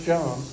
John